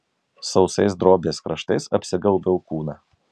sausais drobės kraštais apsigaubiau kūną